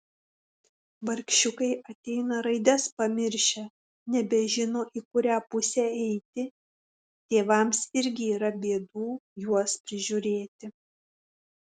vargšiukai ateina raides pamiršę nebežino į kurią pusę eiti tėvams irgi yra bėdų juos prižiūrėti